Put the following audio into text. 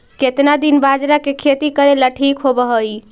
केतना दिन बाजरा के खेती करेला ठिक होवहइ?